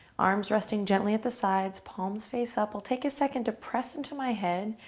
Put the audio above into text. arms resting gently at the sides, palms face up. i'll take a second to press into my head.